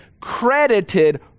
credited